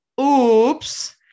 oops